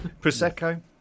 Prosecco